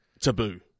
Taboo